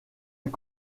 est